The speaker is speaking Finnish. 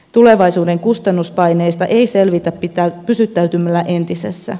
tulevaisuuden kustannuspaineista ei selvitä pysyttäytymällä entisessä